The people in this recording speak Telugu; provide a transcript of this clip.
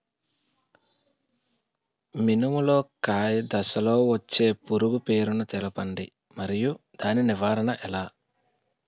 మినుము లో కాయ దశలో వచ్చే పురుగు పేరును తెలపండి? మరియు దాని నివారణ ఎలా?